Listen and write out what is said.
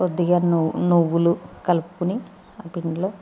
కొద్దిగా నువ్వులు నువ్వులు కలుపుకుని ఆ పిండిలో